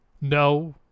No